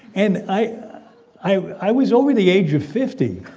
and i i was over the age of fifty.